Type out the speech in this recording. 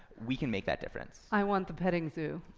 we can make that difference. i want the petting zoo.